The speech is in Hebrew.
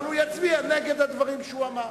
אבל הוא יצביע נגד הדברים שהוא אמר.